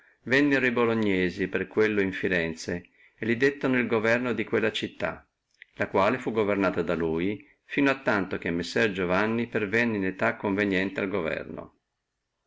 e bolognesi per quello in firenze e li dettono el governo di quella città la quale fu governata da lui fino a tanto che messer giovanni pervenissi in età conveniente al governo